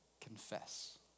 confess